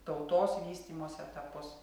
tautos vystymosi etapus